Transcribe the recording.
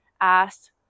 asked